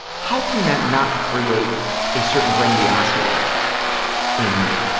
how can that not create a certain grandiosity in you,